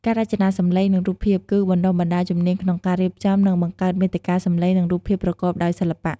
ការរចនាសំឡេង និង រូបភាពគឺ បណ្ដុះបណ្ដាលជំនាញក្នុងការរៀបចំ និងបង្កើតមាតិកាសំឡេង និងរូបភាពប្រកបដោយសិល្បៈ។